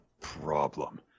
problem